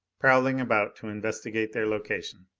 prowling about to investigate their location.